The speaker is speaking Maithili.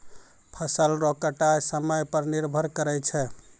फसल रो कटाय समय पर निर्भर करै छै